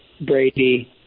Brady